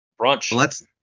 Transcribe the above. Brunch